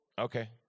Okay